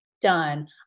done